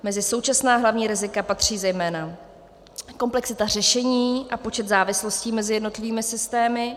Mezi současná hlavní rizika patří zejména komplexita řešení a počet závislostí mezi jednotlivými systémy;